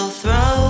throw